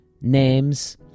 names